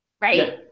right